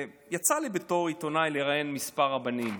יצא לי בתור עיתונאי לראיין כמה רבנים,